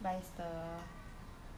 but is the